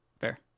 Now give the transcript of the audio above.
Fair